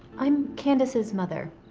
i'm candace's mother.